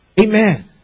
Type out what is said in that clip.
Amen